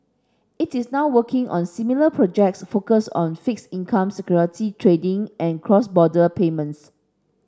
it is now working on similar projects focused on fixed income security trading and cross border payments